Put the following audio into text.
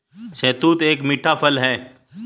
शहतूत एक मीठा फल है